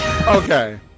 Okay